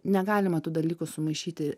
negalima tų dalykų sumaišyti